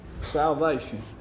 salvation